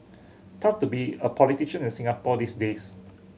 tough to be a politician in Singapore these days